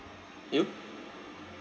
you